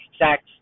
sex